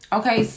okay